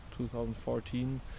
2014